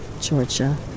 Georgia